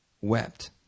wept